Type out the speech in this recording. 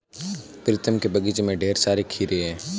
प्रीतम के बगीचे में ढेर सारे खीरे हैं